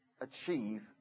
achieve